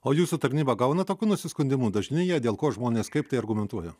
o jūsų tarnyba gauna tokių nusiskundimų dažni jie dėl ko žmonės kaip tai argumentuoja